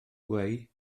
gweu